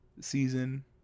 season